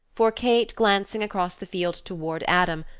for kate glancing across the field toward adam,